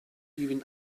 even